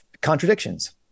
contradictions